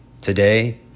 Today